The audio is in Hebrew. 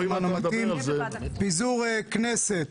פיזור כנסת,